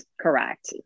correct